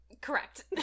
Correct